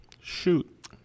Shoot